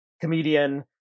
comedian